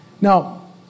Now